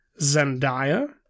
Zendaya